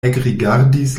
ekrigardis